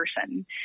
person